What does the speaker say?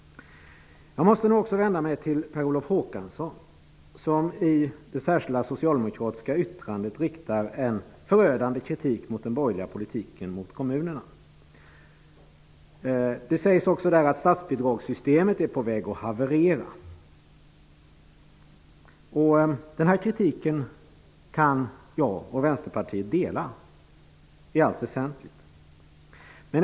Jag måste också vända mig till Per Olof Håkansson, som i det socialdemokratiska särskilda yttrandet riktar en förödande kritik mot den borgerliga politiken mot kommunerna. Det sägs också där att statsbidragssystemet är på väg att haverera. Den här kritiken kan jag och Vänsterpartiet dela i allt väsentligt.